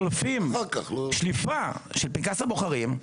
שליפה של פנקס הבוחרים.